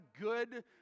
good